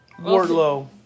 Wardlow